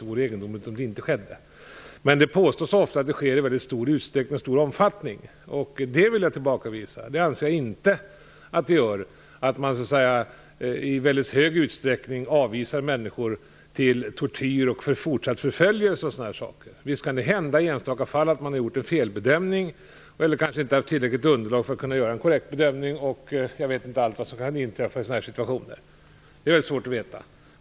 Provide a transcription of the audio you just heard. Det vore egendomligt om det inte skedde. Men det påstås ofta att det sker i stor utsträckning och i stor omfattning. Det vill jag tillbakavisa. Jag anser inte att man i mycket hög utsträckning avvisar människor till tortyr, fortsatt förföljelse och sådana saker. Visst kan det hända att man i enstaka fall har gjort en felbedömning eller att man inte har haft ett tillräckligt underlag för att kunna göra en korrekt bedömning - eller vad som nu kan inträffa i sådana här situationer. Det är väldigt svårt att veta.